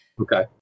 Okay